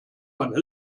man